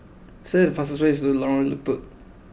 select the fastest way to Lorong Liput